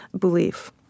belief